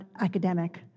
academic